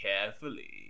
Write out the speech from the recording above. carefully